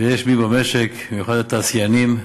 ויש במשק, במיוחד התעשיינים,